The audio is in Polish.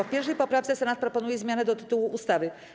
W 1. poprawce Senat proponuje zmianę do tytułu ustawy.